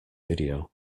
video